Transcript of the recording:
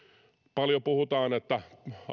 paljon puhutaan että